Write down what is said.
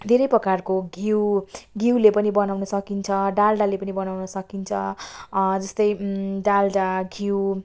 धेरै प्रकारको घिउ घिउले पनि बनाउन सकिन्छ डाल्डाले पनि बनाउन सकिन्छ जस्तै डाल्डा घिउ